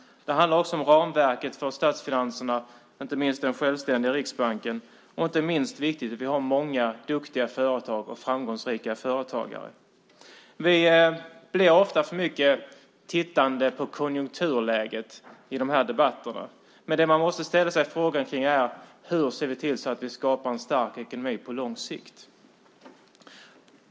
Det handlar också om ramverket för statsfinanserna och den självständiga Riksbanken. Och inte minst viktigt är att vi har många duktiga och framgångsrika företagare. Det blir ofta för mycket tittande på konjunkturläget i dessa debatter. Men det man måste ställa sig frågan om är hur vi ser till att skapa en stark ekonomi på lång sikt.